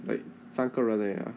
like 三个人而已啊